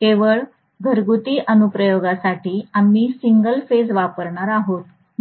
केवळ घरगुती अनुप्रयोगासाठी आम्ही सिंगल फेज वापरणार आहोत